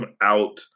out